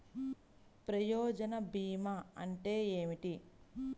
ప్రయోజన భీమా అంటే ఏమిటి?